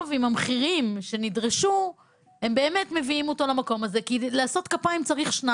אם המחירים שנדרשו מביאים אותנו לכדי פתרון.